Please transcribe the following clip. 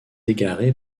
égaré